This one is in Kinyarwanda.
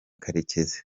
karekezi